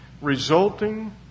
resulting